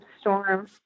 storm